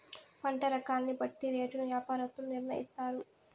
పంట రకాన్ని బట్టి రేటును యాపారత్తులు నిర్ణయిత్తారు